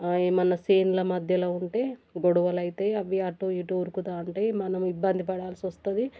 ఏమమైనా చేనుల మధ్యలో ఉంటే గొడవల అయితే అవి అటు ఇటు ఉరుకుతూ ఉంటాయి మనం ఇబ్బంది పడాల్సి వస్తుంది